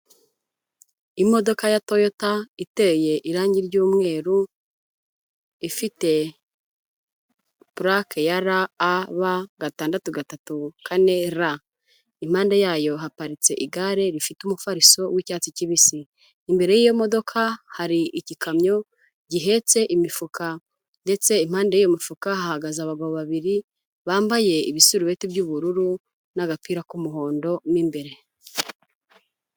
Imodoka ya Toyota iteye irangi ry'umweru, ifite pulake ya RAb6344R, impande yayo haparitse igare rifite umufariso w'icyatsi kibisi, imbere y'iyo modoka hari igikamyo gihetse imifuka ndetse impande y'iyo mufuka hahagaze abagabo babiri, bambaye ibisurubeti by'ubururu n'agapira k'umuhondo mu imbere.